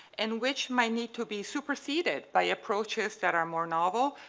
and which might need to be superseded by approaches that are more novel,